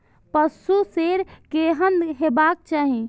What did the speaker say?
पशु शेड केहन हेबाक चाही?